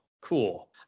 cool